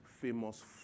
famous